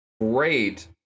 great